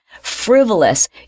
frivolous